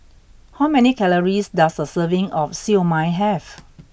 how many calories does a serving of Siew Mai have